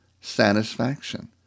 satisfaction